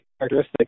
characteristics